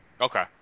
Okay